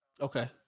Okay